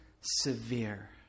severe